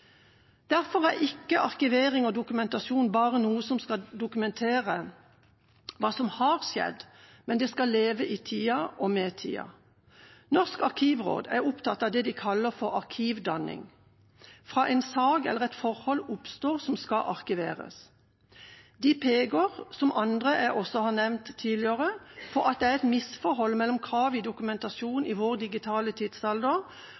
Derfor er ikke arkivering og dokumentasjon bare noe som skal dokumentere hva som har skjedd, men det skal leve i tida og med tida. Norsk Arkivråd er opptatt av det de kaller for arkivdanning, fra en sak eller et forhold oppstår, som skal arkiveres. De peker, som andre jeg også har nevnt tidligere, på at det er et misforhold mellom kravet til dokumentasjon i vår digitale tidsalder